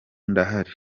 ndahari